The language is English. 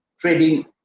trading